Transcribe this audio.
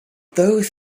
those